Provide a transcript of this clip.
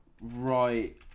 right